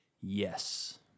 Yes